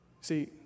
See